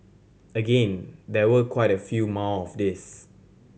again there were quite a few more of these